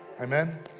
Amen